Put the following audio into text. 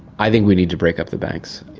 i think we need to break up the banks,